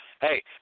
hey